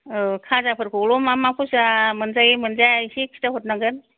औ खाजाफोरखौल' मा माखौ मोनजायो मोनजाया एसे खिन्थाहरनांगोन